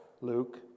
Luke